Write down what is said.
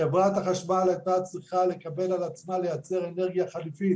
חברת החשמל הייתה צריכה לקבל על עצמה לייצר אנרגיה חליפית,